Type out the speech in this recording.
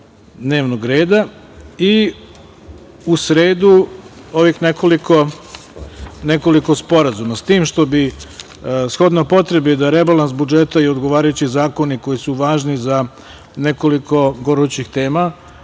dnevnog reda i u sredu ovih nekoliko sporazuma, s tim što bi shodno potrebi da rebalans budžeta i odgovarajući zakoni koji su važni za nekoliko gorućih tema,